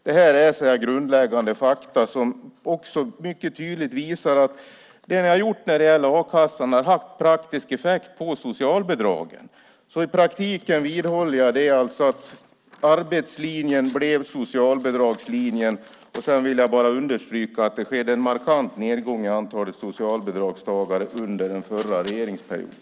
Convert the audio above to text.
Det är grundläggande fakta som mycket tydligt visar att det man har gjort med a-kassan har haft praktiskt effekt på socialbidragen. Jag vidhåller att arbetslinjen i praktiken blev socialbidragslinjen. Jag vill också understryka att det skedde en markant nedgång i antalet socialbidragstagare under den förra regeringsperioden.